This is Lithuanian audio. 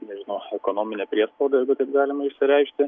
nežinau aš ekonominę priespaudą jeigu taip galima išsireikšti